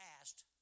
asked